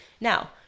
Now